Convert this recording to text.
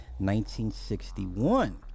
1961